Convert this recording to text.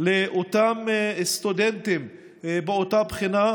לאותם סטודנטים באותה בחינה,